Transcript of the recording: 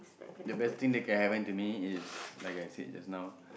the best thing that can happen to me is like I said just now